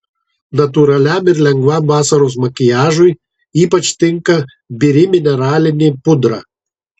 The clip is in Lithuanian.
natūraliam ir lengvam vasaros makiažui ypač tinka biri mineralinė pudra